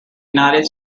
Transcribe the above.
united